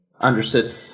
Understood